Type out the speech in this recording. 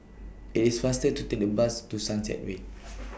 IT IS faster to Take The Bus to Sunset Way